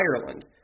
Ireland